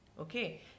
Okay